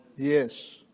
Yes